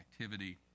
activity